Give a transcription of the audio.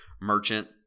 merchant